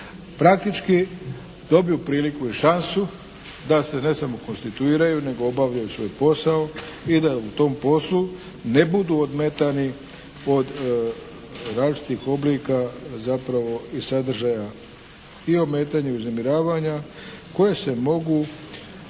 praktički dobiju priliku i šansu da se ne samo konstituiraju nego i obavljaju svoj posao i da u tom poslu ne budu odmetani od različitih oblika zapravo i sadržaja i ometanja i uznemiravanja koje se mogu